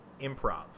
improv